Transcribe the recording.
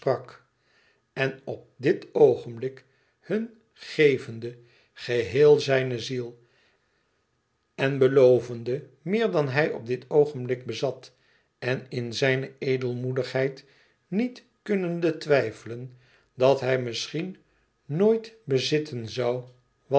en op dit oogenblik hun gevende geheel zijne ziel en belovende meer dan hij op dit oogenblik bezat en in zijne edelmoedigheid niet kunnende twijfelen dat hij misschien nooit bezitten zoû